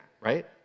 right